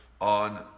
on